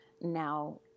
Now